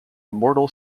immortal